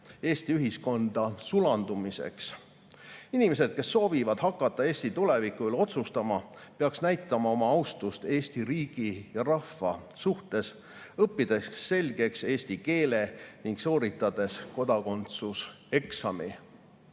Eesti ühiskonda sulandumiseks. Inimesed, kes soovivad hakata Eesti tuleviku üle otsustama, peaksid näitama oma austust Eesti riigi ja rahva suhtes, õppides selgeks eesti keele ning sooritades kodakondsuseksami.